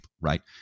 right